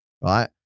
right